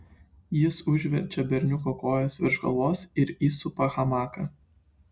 jis užverčia berniuko kojas virš galvos ir įsupa hamaką